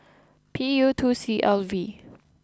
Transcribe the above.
P U two C L V